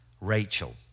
Rachel